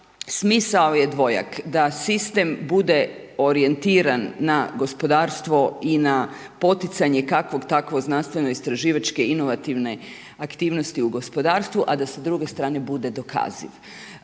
smisao je dvojak, da sistem bude orijentiran na gospodarstvo i na poticanje, kakvog takvog znanstveno istraživače inovativne aktivnosti u gospodarstvu, a da sa druge strane bude dokaziva,